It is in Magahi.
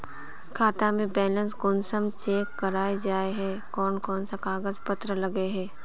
खाता में बैलेंस कुंसम चेक करे जाय है कोन कोन सा कागज पत्र लगे है?